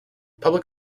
public